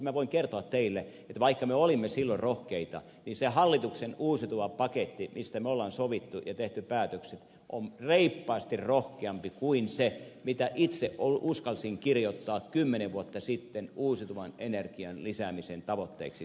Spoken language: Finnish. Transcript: minä voin kertoa teille että vaikka me olimme silloin rohkeita niin se hallituksen uusiutuvan paketti mistä me olemme sopineet ja tehneet päätökset on reippaasti rohkeampi kuin se mitä itse uskalsin kirjoittaa kymmenen vuotta sitten uusiutuvan energian lisäämisen tavoitteeksi suomelle